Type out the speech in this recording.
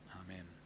Amen